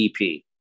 EP